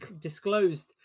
disclosed